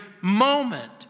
moment